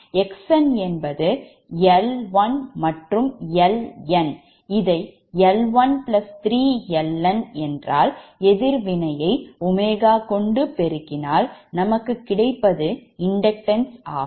Xn என்பது L1 மற்றும் Ln இதை L1 3Ln என்றால் எதிர்வினையை ⍵ கொண்டுபெருக்கினால் நமக்கு கிடைப்பது inductance ஆகும்